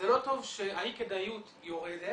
זה לא טוב שאי הכדאיות יורדת